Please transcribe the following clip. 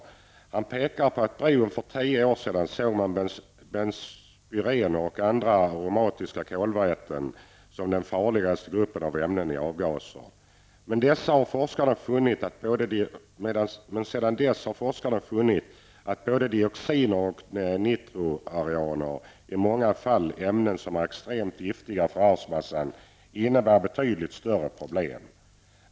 Vidare pekar han på att man för bara tio år sedan såg benspyrener och andra aromatiska kolväten som den farligaste gruppen av ämnen i avgaser. Men sedan dess har forskarna funnit att både dioxiner och nitroareaner -- i många fall ämnen som är extremt giftiga för arvsmassan -- innebär betydligt större problem.